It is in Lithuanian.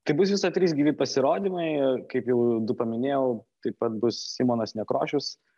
tai bus viso trys gyvi pasirodymai kaip jau du paminėjau taip pat bus simonas nekrošius